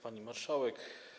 Pani Marszałek!